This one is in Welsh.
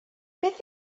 beth